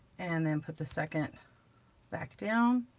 and then put the second back down.